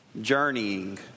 journeying